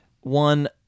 One